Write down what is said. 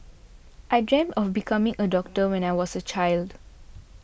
I dreamt of becoming a doctor when I was a child